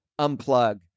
unplug